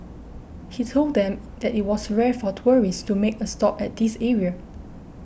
he told them that it was rare for tourists to make a stop at this area